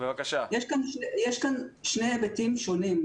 יש כאן שני היבטים שונים,